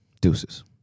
deuces